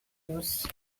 ubusa